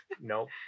nope